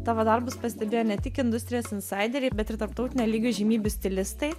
tavo darbus pastebėjo ne tik industrijos insaideriai bet ir tarptautinio lygio įžymybių stilistai